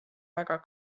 väga